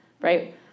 right